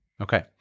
Okay